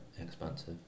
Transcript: expensive